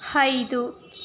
ಐದು